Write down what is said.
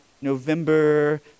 November